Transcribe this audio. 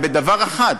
בדבר אחד,